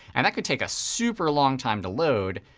and that could take a super long time to load.